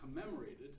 commemorated